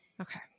Okay